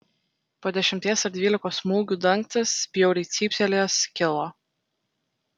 po dešimties ar dvylikos smūgių dangtis bjauriai cyptelėjęs skilo